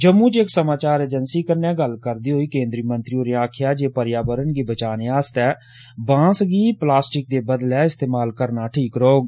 जम्मू च इक समाचार एजेंसी कन्नै गल्लबात करदे होई केन्द्र मंत्री होरें आक्खेआ जे पर्यावरण गी बचाने लेई बासू गी प्लास्टिक दे बदले इस्तेमाल करना ठीक रौह्ग